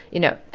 you know,